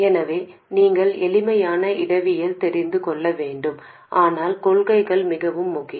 எனவே நீங்கள் எளிமையான இடவியல் தெரிந்து கொள்ள வேண்டும் ஆனால் கொள்கைகள் மிகவும் முக்கியம்